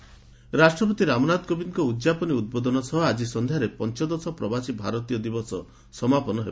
president PBD ରାଷ୍ଟପତି ରାମନାଥ କୋବିନ୍ଦଙ୍କ ଉଦ୍ଯାପନୀ ଉଦ୍ବୋଧନ ସହ ଆଜି ସନ୍ଧ୍ୟାରେ ପଞ୍ଚଦଶ ପ୍ରବାସୀ ଭାରତୀୟ ଦିବସ ସମାପନ ହେବ